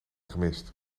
gemist